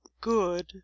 good